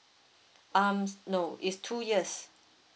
um no it's two years